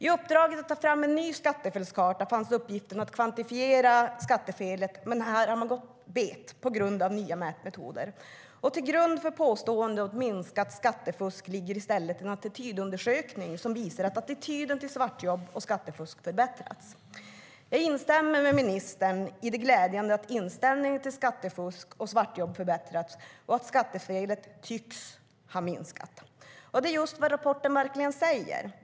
I uppdraget att ta fram en ny skattefelskarta fanns uppgiften att kvantifiera skattefelet, men här har man gått bet på grund av nya mätmetoder. Till grund för påståendet om minskat skattefusk ligger i stället en attitydundersökning som visar att attityden till svartjobb och skattefusk förändrats och blivit mindre tillåtande. Jag instämmer med ministern i det glädjande att inställningen till skattefusk och svartjobb förändrats och att skattefelet tycks ha minskat. Det är just vad rapporten verkligen säger.